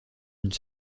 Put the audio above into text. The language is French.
une